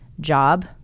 job